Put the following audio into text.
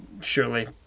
surely